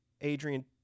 Adrian